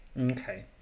Okay